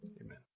Amen